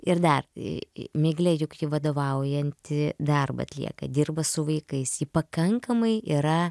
ir dar miglė juk ji vadovaujantį darbą atlieka dirba su vaikais ji pakankamai yra